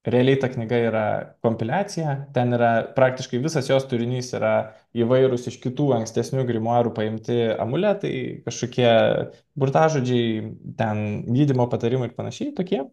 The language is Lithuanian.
realiai ta knyga yra kompiliacija ten yra praktiškai visas jos turinys yra įvairūs iš kitų ankstesnių grimuarų paimti amuletai kažkokie burtažodžiai ten gydymo patarimai ir panašiai tokie